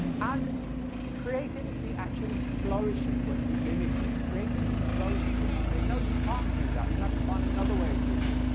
and creativity actually flourishes when you limit it. creativity flourishes when you say, no, you can't do that, you to find another way of doing it.